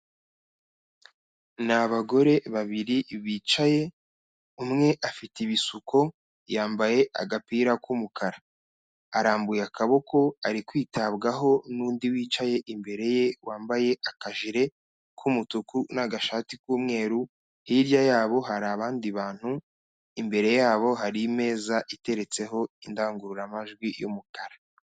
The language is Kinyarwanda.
Ni abagore babiri bicaye, umwe afite ibisuko, yambaye agapira k'umukara, arambuye akaboko, ari kwitabwaho n'undi wicaye imbere ye wambaye akajire k'umutuku n'agashati k'umweru, hirya yabo hari abandi bantu, imbere yabo hari imeza iteretseho indangururamajwi y'umukara.